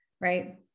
right